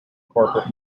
corporate